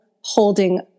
holding